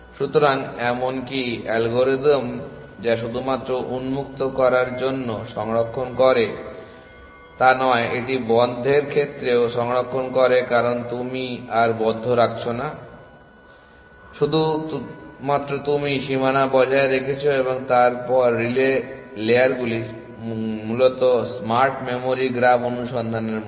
সুতরাং এমনকি অ্যালগরিদম যা শুধুমাত্র উন্মুক্ত করার জন্য সংরক্ষণ করে না এটি বন্ধের ক্ষেত্রেও সংরক্ষণ করে কারণ তুমি আর বদ্ধ রাখছো না তুমি শুধুমাত্র সীমানা বজায় রেখেছো এবং তারপর রিলে লেয়ার গুলি মূলত স্মার্ট মেমরি গ্রাফ অনুসন্ধানের মতো